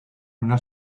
una